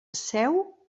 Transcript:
seu